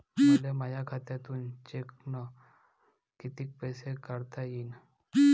मले माया खात्यातून चेकनं कितीक पैसे काढता येईन?